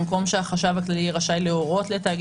במקום שהחשב הכללי יהיה רשאי להורות לתאגיד